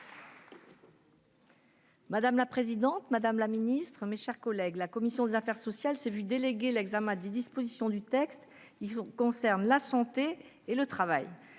Madame la présidente, madame la ministre, mes chers collègues, la commission des affaires sociales s'est vu déléguer l'examen des dispositions du présent texte qui concernent la santé et le travail.